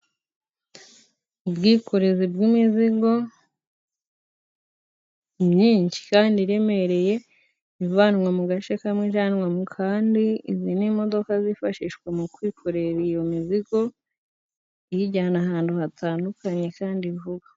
Ubwikorezi bw'imizigo myinshi kandi iremereye ivanwa mu gace kamwe ijyanwa mu kandi. Izi ni imodoka zifashishwa mu kwikorera iyo mizigo iyijyana ahantu hatandukanye kandi vuba.